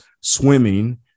swimming